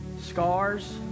Scars